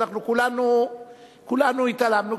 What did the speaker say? כולנו התעלמנו,